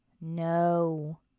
no